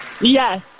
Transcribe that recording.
Yes